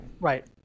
Right